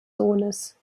sohnes